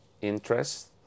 interest